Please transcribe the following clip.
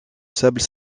sable